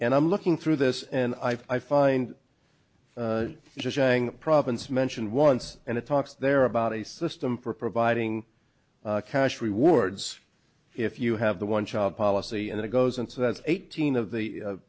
and i'm looking through this and i find just saying province mentioned once and it talks there about a system for providing cash rewards if you have the one child policy and it goes and so that's eighteen of the